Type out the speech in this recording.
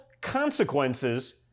consequences